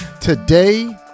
Today